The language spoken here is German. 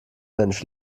mensch